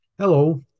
Hello